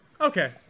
okay